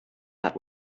that